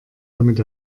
damit